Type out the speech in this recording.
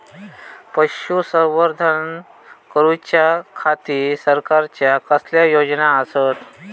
पशुसंवर्धन करूच्या खाती सरकारच्या कसल्या योजना आसत?